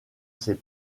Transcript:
ses